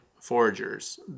foragers